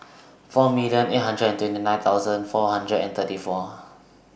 four million eight hundred and twenty nine thousand four hundred and thirty four